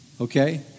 Okay